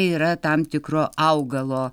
yra tam tikro augalo